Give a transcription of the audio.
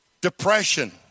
depression